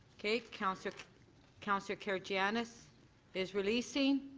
councillor councillor karygiannis is releasing.